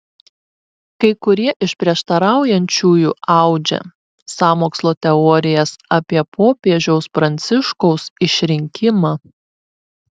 kai kurie iš prieštaraujančiųjų audžia sąmokslo teorijas apie popiežiaus pranciškaus išrinkimą